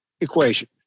equation